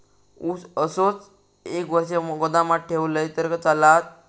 ऊस असोच एक वर्ष गोदामात ठेवलंय तर चालात?